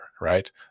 right